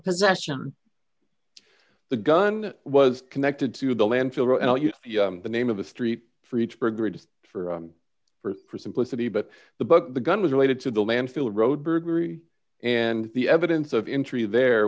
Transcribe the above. possession the gun was connected to the landfill and the name of the street for each burger just for for simplicity but the book the gun was related to the landfill or road burglary and the evidence of injury there